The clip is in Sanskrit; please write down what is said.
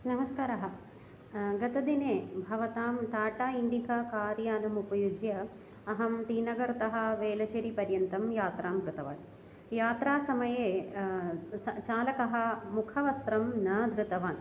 नमस्कारःगतदिने भवतां टाटा इन्डिका कार्यानम् उपयुज्य अहं टी नगरतः वेलचीरिपर्यन्तं यात्रां कृतवान् यात्रासमये सः चालकः मुखवस्त्रं न धृतवान्